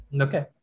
okay